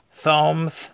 Psalms